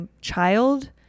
child